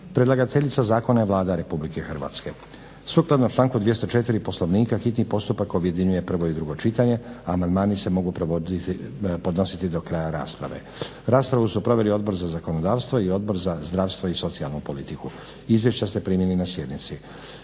Predlagateljica zakona je Vlada Republike Hrvatske. Sukladno članku 204. Poslovnika hitni postupak objedinjuje prvo i drugo čitanje. Amandmani se mogu podnositi do kraja rasprave. Raspravu su proveli Odbor za zakonodavstvo i Odbor za zdravstvo i socijalnu politiku. Izvješća ste primili na sjednici.